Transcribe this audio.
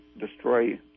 destroy